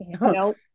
Nope